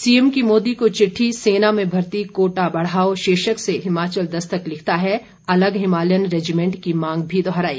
CM की मोदी को चिट्ठी सेना में भर्ती कोटा बढ़ाओ शीर्षक से हिमाचल दस्तक लिखता है अलग हिमालयन रेजिमेंट की मांग भी दोहराई